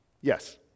Yes